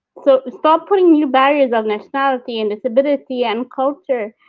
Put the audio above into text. so, stop putting new barriers on nationality and disability and culture.